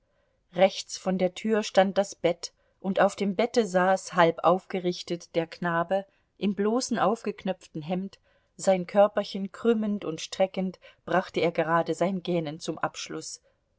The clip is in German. rechts von der tür stand das bett und auf dem bette saß halb aufgerichtet der knabe im bloßen aufgeknöpften hemd sein körperchen krümmend und streckend brachte er gerade sein gähnen zum abschluß